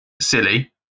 silly